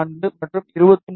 4 மற்றும் 23